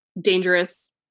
dangerous